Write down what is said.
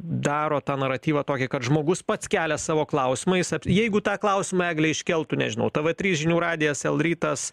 daro tą naratyvą tokį kad žmogus pats kelia savo klausimais vat jeigu tą klausimą eglė iškeltų nežinau tėvė trys žinių radijas el rytas